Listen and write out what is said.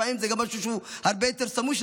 לפעמים זה גם משהו שהוא הרבה יותר סמוי,